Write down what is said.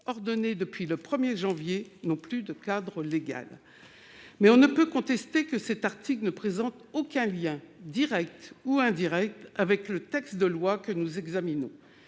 ordonnées depuis le 1 janvier n'ont plus de cadre légal. Mais on ne peut contester que cet article ne présente aucun lien, direct ou indirect, avec le texte de loi que nous examinons.